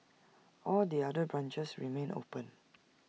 all the other branches remain open